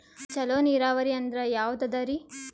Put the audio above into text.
ಚಲೋ ನೀರಾವರಿ ಅಂದ್ರ ಯಾವದದರಿ?